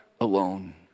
alone